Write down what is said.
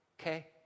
okay